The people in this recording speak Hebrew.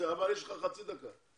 יש לך חצי דקה.